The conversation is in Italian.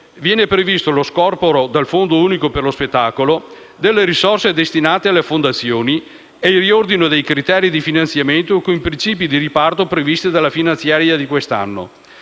viene previsto lo scorporo dal Fondo unico per lo spettacolo delle risorse destinate alle fondazioni e il riordino dei criteri di finanziamento con i principi di riparto previsti dalla finanziaria di quest'anno